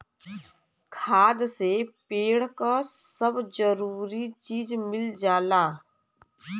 खाद से पेड़ क सब जरूरी चीज मिल जाला